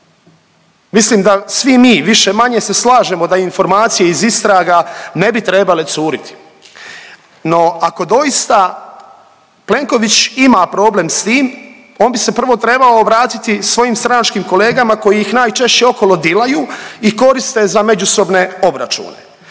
mislim da svi mi više-manje se slažemo da informacije iz istraga ne bi trebale curit, no ako doista Plenković ima problem s tim on bi se prvo trebao obratiti svojim stranačkim kolegama koji ih najčešće okolo dilaju i koriste za međusobne obračune,